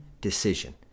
decision